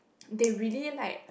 they really like